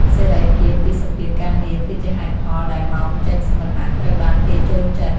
សេរីភាពពីសម្ពាធការងារ គឺជាហេតុផលដែលម៉ោងចេញសម្រាកត្រូវបានគេចូលចិត្ត។